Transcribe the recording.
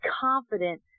confident